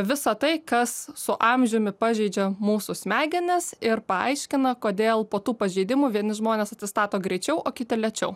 visa tai kas su amžiumi pažeidžia mūsų smegenis ir paaiškina kodėl po tų pažeidimų vieni žmonės atsistato greičiau o kiti lėčiau